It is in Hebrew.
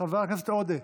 חבר הכנסת עודה,